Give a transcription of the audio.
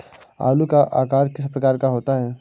आलू का आकार किस प्रकार का होता है?